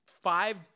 five